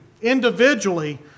individually